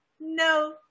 no